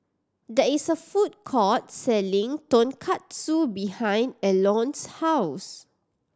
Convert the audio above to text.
there is a food court selling Tonkatsu behind Elon's house